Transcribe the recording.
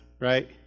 right